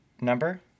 number